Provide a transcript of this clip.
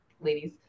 ladies